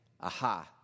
aha